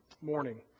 morning